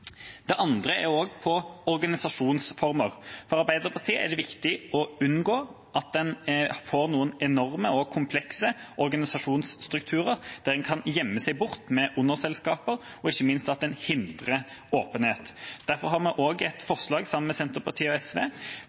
andre gjelder organisasjonsformer. For Arbeiderpartiet er det viktig å unngå at en får enorme og komplekse organisasjonsstrukturer der en kan gjemme seg bort med underselskaper, og ikke minst at en hindrer åpenhet. Derfor har vi et forslag sammen med Senterpartiet og SV